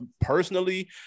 personally